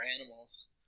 animals